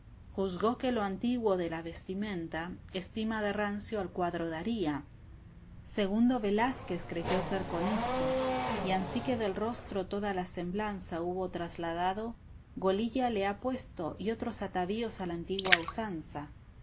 juzgó que lo antiguo de la vestimenta estima de rancio al cuadro daría segundo velázquez creyó ser con esto y ansí que del rostro toda la semblanza hubo trasladado golilla le ha puesto y otros atavíos a la antigua usanza